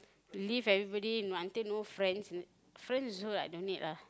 to leave everybody until no friends friends also I don't need lah